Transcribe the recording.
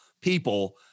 people